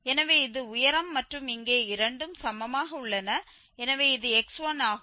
எனவே இது உயரம் மற்றும் இங்கே இரண்டும் சமமாக உள்ளன எனவே இது x1 ஆகும்